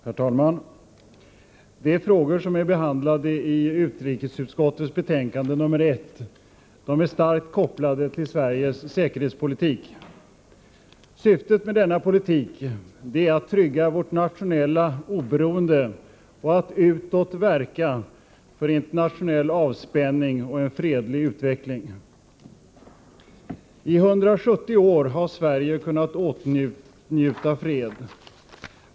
Herr talman! De frågor som är behandlade i utrikesutskottets betänkande nr 1 är starkt kopplade till Sveriges säkerhetspolitik. Syftet med denna politik är att trygga vårt nationella oberoende och att utåt verka för internationell avspänning och en fredlig utveckling. I 170 år har Sverige kunnat åtnjuta fred.